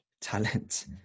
talent